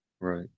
Right